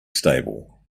stable